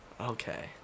Okay